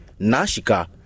Nashika